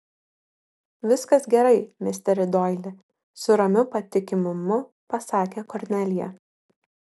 viskas gerai misteri doili su ramiu patikimumu pasakė kornelija